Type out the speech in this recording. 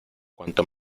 cuanto